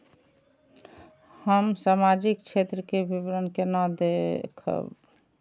हम सामाजिक क्षेत्र के विवरण केना देखब?